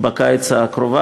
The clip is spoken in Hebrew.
בקיץ הקרוב.